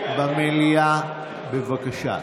שקט במליאה, בבקשה.